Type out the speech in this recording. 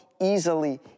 easily